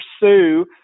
pursue